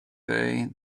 day